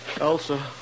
Elsa